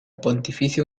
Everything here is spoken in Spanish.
pontificia